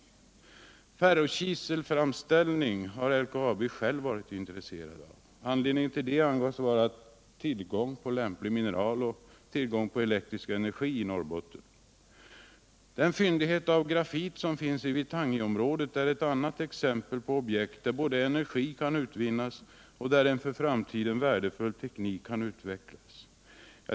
Ferrokiselframställning har LKAB självt varit intresserat av. Anledningen till detta angavs vara tillgång på lämpligt mineral och tillgången på elektrisk energi inom Norrbotten. Den fyndighet av grafit som finns i Vittangiområdet är ett annat exempel på objekt där både energi kan utvinnas och en för framtiden värdefull teknik kan utvecklas.